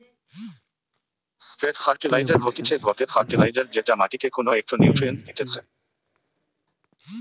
straight fertiliser হতিছে গটে fertiliser যেটা মাটিকে কোনো একটো নিউট্রিয়েন্ট দিতেছে